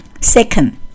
Second